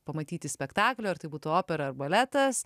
pamatyti spektaklį ar tai būtų opera ar baletas